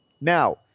Now